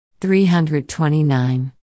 329